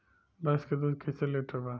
भैंस के दूध कईसे लीटर बा?